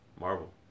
Marvel